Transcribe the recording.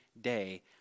day